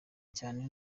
cyane